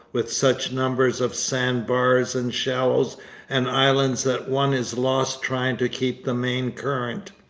with such numbers of sand-bars and shallows and islands that one is lost trying to keep the main current.